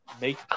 make